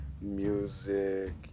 music